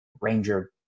ranger